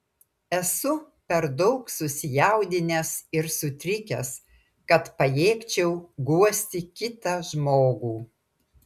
esu per daug susijaudinęs ir sutrikęs kad pajėgčiau guosti kitą žmogų